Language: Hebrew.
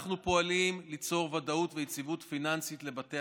אנחנו פועלים ליצור ודאות ויציבות פיננסית לבתי